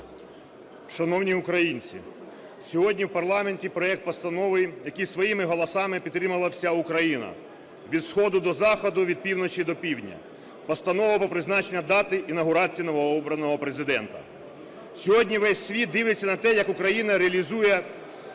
Шановні українці, сьогодні в парламенті проект постанови, який своїми голосами підтримала вся Україна, від сходу до заходу, від півночі до півдня, Постанова про призначення дати інавгурації новообраного Президента. Сьогодні весь світ дивиться на те, як Україна реалізує